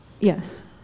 Yes